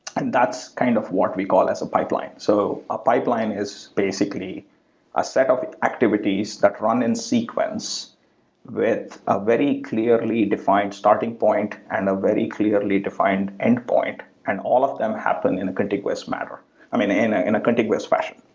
and that's kind of what we call as a pipeline. so a pipeline is basically a set of activities that run in sequence with a very clearly defined starting point and a very clearly defined endpoint and all of them happen in a continuous manner um in a in a continuous fashion.